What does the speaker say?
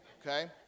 okay